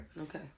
Okay